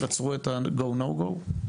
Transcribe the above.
"נתיב" עצרו את ה-"go/no go"?